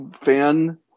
fan